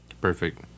Perfect